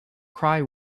cry